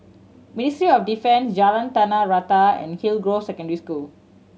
Ministry of Defence Jalan Tanah Rata and Hillgrove Secondary School